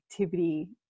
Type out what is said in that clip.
activity